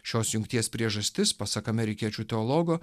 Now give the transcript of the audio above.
šios jungties priežastis pasak amerikiečių teologo